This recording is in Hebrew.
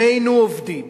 שנינו עובדים,